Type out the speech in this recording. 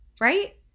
right